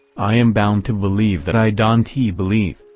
i am bound to believe that i don t believe.